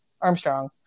Armstrong